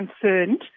concerned